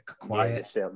quiet